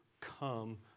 come